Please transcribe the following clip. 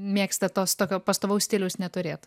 mėgsta tos tokio pastovaus stiliaus neturėt